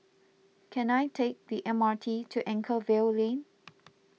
can I take the M R T to Anchorvale Lane